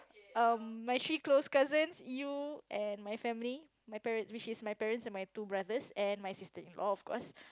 um my three close cousins you and my family my parents which is my parents and my two brothers and my sister in law of course